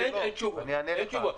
אני אענה לך.